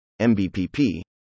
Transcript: MBPP